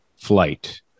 flight